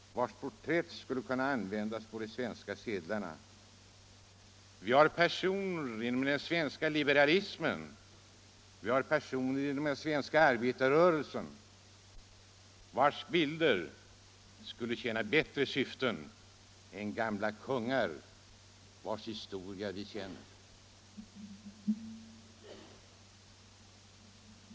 Deras porträtt skulle kunna användas på de svenska sedlarna. Vi har inom den svenska liberalismen och i vår arbetarrörelse personer, vilkas porträtt skulle kunna tjäna syftet bättre än gamla kungars, vilkas historia vi känner till!